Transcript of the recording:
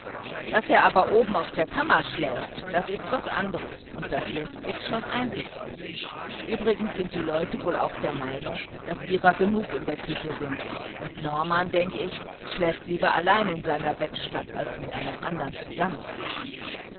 daß er aber oben auf der kammer schläft das ist was andres und das läßt sich schon einrichten übrigens sind die leute wohl auch der meinung daß ihrer genug in der küche sind und norman denk ich schläft lieber allein in seiner bettstatt als mit einem andern zusammen